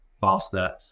faster